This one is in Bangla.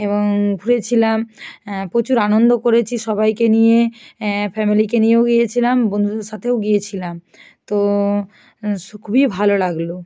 এবং ঘুরেছিলাম প্রচুর আনন্দ করেছি সবাইকে নিয়ে ফ্যামেলিকে নিয়েও গিয়েছিলাম বন্ধুদের সাথেও গিয়েছিলাম তো সু খুবই ভালো লাগলো